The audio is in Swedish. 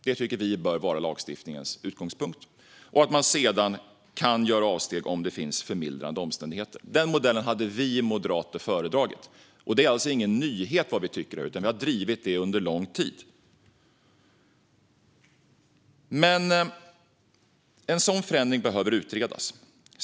Detta tycker vi bör vara lagstiftningens utgångspunkt, och sedan kan man göra avsteg om det finns förmildrande omständigheter. Den modellen hade vi moderater föredragit. Det är ingen nyhet vad vi tycker här, utan vi har drivit detta under lång tid. Men en sådan förändring behöver utredas.